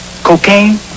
Cocaine